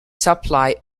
supply